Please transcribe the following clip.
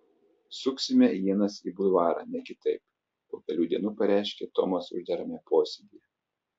suksime ienas į bulvarą ne kitaip po kelių dienų pareiškė tomas uždarame posėdyje